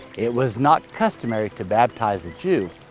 it was not customary to baptize a jew,